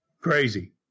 Crazy